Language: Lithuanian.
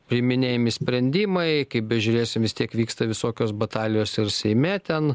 priiminėjami sprendimai kaip bežiūrėsi vis tiek vyksta visokios batalijos ir seime ten